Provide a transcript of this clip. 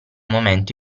momento